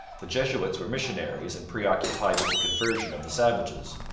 the jesuits were missionaries and preoccupied with the conversion of the savages.